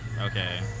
Okay